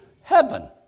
heaven